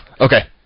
Okay